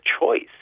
choice